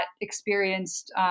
experienced